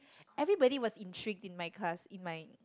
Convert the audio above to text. everybody was intrigued in my class in my